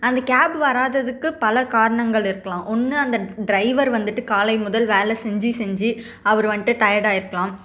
அந்த கேப் வராததுக்கு பல காரணங்கள் இருக்கலாம் ஒன்றுஅந்த ட்ரைவர் வந்துட்டு காலை முதல் வேலை செஞ்சு செஞ்சு அவர் வந்துட்டு டயர்ட் ஆயிருக்கலாம்